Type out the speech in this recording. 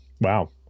Wow